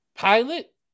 Pilot